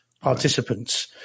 participants